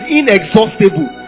inexhaustible